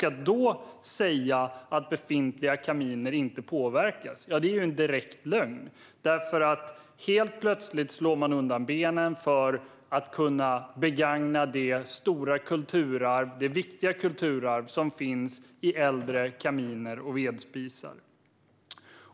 Att då säga att befintliga kaminer inte påverkas är en direkt lögn. Helt plötsligt slår man undan benen på dem som vill begagna det viktiga kulturarvet i form av äldre kaminer och vedspisar.